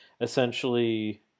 essentially